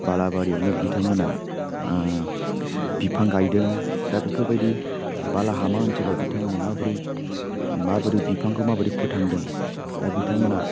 बालाबारियावनो बिथांमोना बिफां गायदों दा बेफोरबादि बालाहामा ओनसोलाव बिथांमोना माब्रै माबोरै बिफांखौ माबोरै फोथांदों दा बिथांमोना